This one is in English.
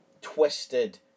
twisted